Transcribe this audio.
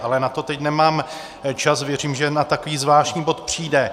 Ale na to teď nemám čas, věřím, že na takový zvláštní bod přijde.